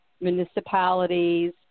municipalities